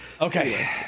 Okay